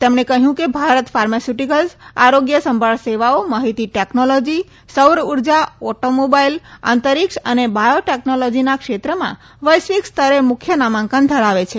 તેમણે કહયું કે ભારત ફાર્માસ્યુટીકલ્સ આરોગ્ય સંભાળ સેવાઓ માહિતી ટેકનોલોજી સૌર ઉર્જા ઓટો મોબાઈલ અંતરીક્ષ અને બાયોટેકનોલોજીના ક્ષેત્રમાં વૈશ્વિક સ્તરે મુખ્ય નામાંકન ધરાવે છે